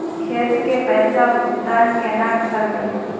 खेत के पैसा भुगतान केना करबे?